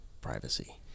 privacy